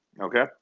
Okay